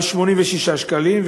עמד על 86 שקלים,